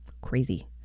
crazy